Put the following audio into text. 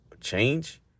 Change